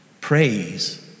Praise